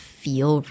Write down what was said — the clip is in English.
feel